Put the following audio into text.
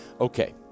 Okay